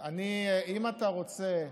אם אתה רוצה,